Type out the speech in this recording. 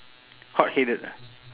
hot headed ah